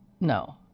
no